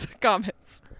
comments